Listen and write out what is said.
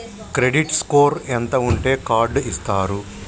Credit score ఎంత ఉంటే card ఇస్తారు?